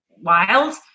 wild